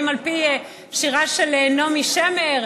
אם על פי שירה של נעמי שמר,